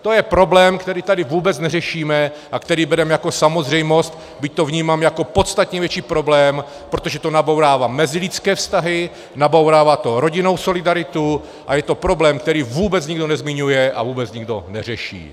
To je problém, který tady vůbec neřešíme a který bereme jako samozřejmost, byť to vnímám jako podstatně větší problém, protože to nabourává mezilidské vztahy, nabourává to rodinnou solidaritu a je to problém, který vůbec nikdo nezmiňuje a vůbec nikdo neřeší.